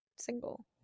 single